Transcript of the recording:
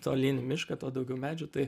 tolyn į mišką tuo daugiau medžių tai